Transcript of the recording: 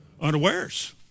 unawares